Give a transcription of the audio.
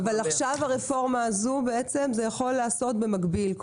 אבל עכשיו ברפורמה הזו, זה יכול להיעשות במקביל.